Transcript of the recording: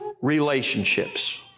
relationships